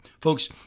Folks